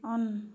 on